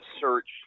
search